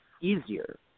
easier